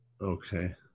Okay